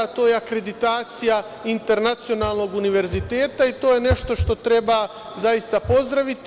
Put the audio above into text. To je akreditacija internacionalnog univerziteta i to je nešto što treba pozdraviti.